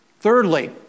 Thirdly